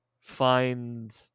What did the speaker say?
find